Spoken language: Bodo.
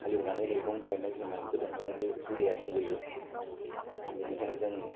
हालौनानै मैगं गायनाय जों हा गोदोनिफ्रायनो बे हुदा आ दंबोयो बेनिखायनो जों